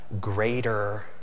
greater